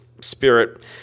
spirit